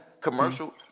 commercial